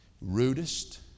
rudest